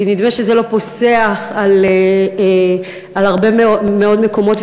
כי נדמה שזה לא פוסח על הרבה מאוד מקומות,